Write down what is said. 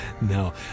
no